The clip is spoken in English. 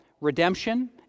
redemption